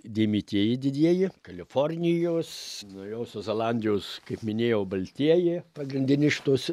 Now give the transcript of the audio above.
dėmėtieji didieji kalifornijos naujosios zelandijos kaip minėjau baltieji pagrindinis šitos